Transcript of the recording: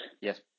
Yes